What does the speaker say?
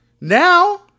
Now